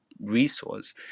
resource